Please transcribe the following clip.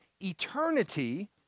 eternity